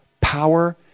power